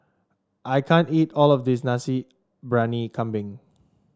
I can't eat all of this Nasi Briyani Kambing